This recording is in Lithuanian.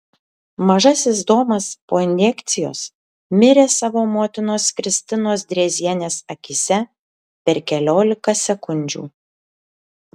mažasis domas po injekcijos mirė savo motinos kristinos drėzienės akyse per keliolika sekundžių